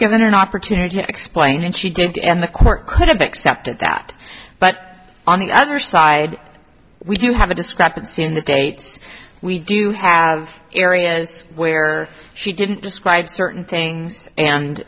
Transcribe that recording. given an opportunity to explain and she did and the court could have accepted that but on the other side we do have a discrepancy in the dates we do have areas where she didn't describe certain things and